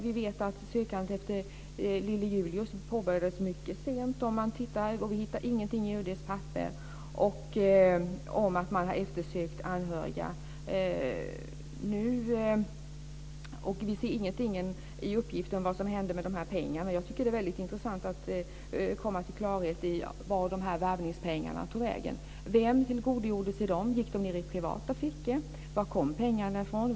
Vi vet att sökandet efter lille Julius påbörjades mycket sent. Vi hittar ingenting i UD:s papper om att man har eftersökt anhöriga. Vi ser heller inga uppgifter om vad som hände med pengarna. Jag tycker att det vore väldigt intressant att komma till klarhet i var värvningspengarna tog vägen. Vem tillgodogjorde sig dem? Gick de ned i privata fickor? Var kom pengarna ifrån?